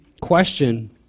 question